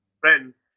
friends